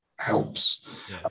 helps